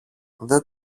δεν